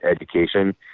education